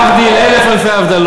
להבדיל אלף אלפי הבדלות,